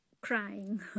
crying